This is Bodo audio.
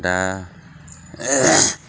दा